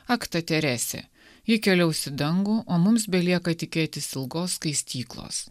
ak ta teresė ji keliaus į dangų o mums belieka tikėtis ilgos skaistyklos